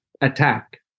attack